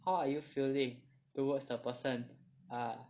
how are you feeling towards the person ah